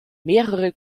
mehrere